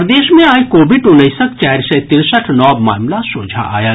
प्रदेश मे आइ कोविड उन्नैसक चारि सय तिरसठि नव मामिला सोझा आयल